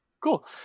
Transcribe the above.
cool